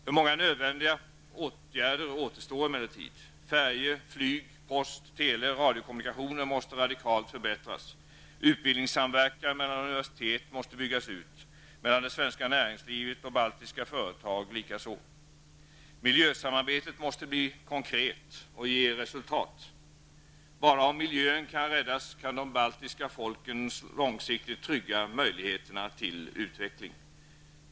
Men många nödvändiga åtgärder återstår. Färje-, flyg-, post-, tele och radiokommunikationer måste radikalt förbättras. Utbildningssamverkan mellan universitet måste byggas ut, mellan det svenska näringslivet och baltiska företag likaså. Miljösamarbetet måste bli konkret och ge resultat. Bara om miljön kan räddas, kan de baltiska folken långsiktigt trygga möjligheterna till utveckling.